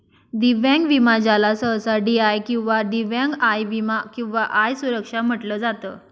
दिव्यांग विमा ज्याला सहसा डी.आय किंवा दिव्यांग आय विमा किंवा आय सुरक्षा म्हटलं जात